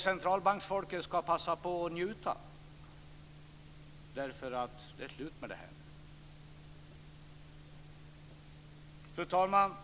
Centralbanksfolket skall passa på och njuta därför att det är slut med det här nu. Fru talman!